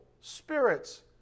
spirits